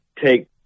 take